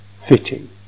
fitting